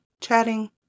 chatting